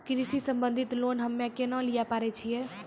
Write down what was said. कृषि संबंधित लोन हम्मय केना लिये पारे छियै?